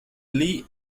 lee